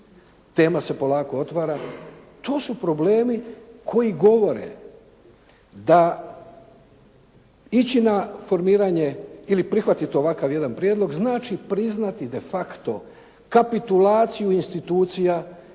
Tema se polako otvara. To su problemi koji govore da ići na formiranje ili prihvatiti ovakav jedan prijedlog znači priznati de facto kapitulaciju institucija